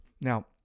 Now